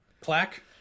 plaque